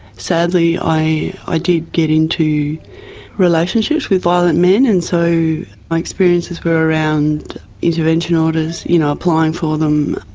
sadly i i did get into relationships with violent men, and so my experiences were around intervention orders, you know applying for them,